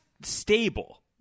stable